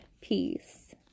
peace